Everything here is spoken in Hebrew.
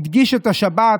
הדגיש את השבת,